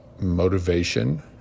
motivation